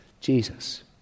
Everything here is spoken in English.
Jesus